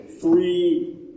three